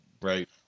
right